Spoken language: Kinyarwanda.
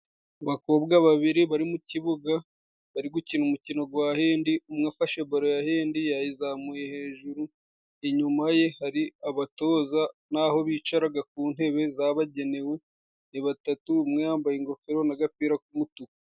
Abakobwa babiri bari mu kibuga, bari gukina umukino wa hendi, umwe afashe baro ya hendi yayizamuye hejuru, inyuma ye hari abatoza naho bicara ku ntebe zabagenewe, ni batatu umwe yambaye ingofero n'agapira k'umutuku.